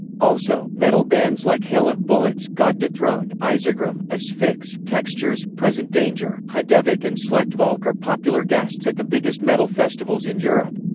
also, metal bands like hail of bullets, god dethroned, izegrim, asphyx, textures, present danger, heidevolk and slechtvalk are popular guests at the biggest metal festivals in europe.